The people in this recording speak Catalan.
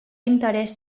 interès